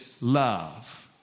love